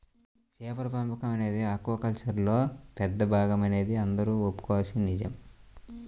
చేపల పెంపకం అనేది ఆక్వాకల్చర్లో పెద్ద భాగమనేది అందరూ ఒప్పుకోవలసిన నిజం